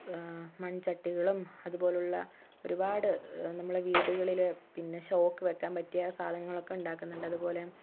മൺചട്ടികളും അതുപോലുള്ള ഒരുപാട് നമ്മളെ വീടുകളിലെ പിന്നെ ഷോയ്ക്ക് വയ്ക്കാൻ പറ്റിയ സാധനങ്ങളൊക്കെ ഉണ്ടാക്കുന്നുണ്ട് അതുപോലെ